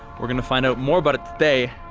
we're going to find out more about it today,